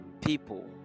people